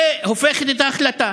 והופכת את ההחלטה.